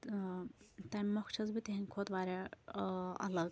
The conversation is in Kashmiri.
تہٕ تمہِ مۄکھ چھیٚس بہٕ تہنٛدِ کھۄتہٕ واریاہ ٲں الگ